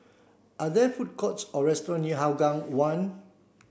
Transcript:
are there food courts or restaurant near Hougang One